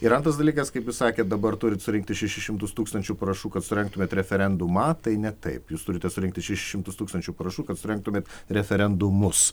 ir antras dalykas kaip jūs sakėt dabar turit surinkti šešis šimtus tūkstančių parašų kad surengtumėt referendumą tai ne taip jūs turite surinkti šimtus tūkstančių parašų kad surengtumėt referendumus